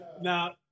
Now